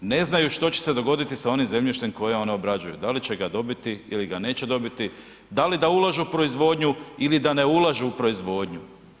Ne znaju što će se dogoditi sa onim zemljištem koje oni obrađuju, da li će ga dobiti ili ga neće dobiti, da li da ulažu u proizvodnju ili da ne ulažu u proizvodnju.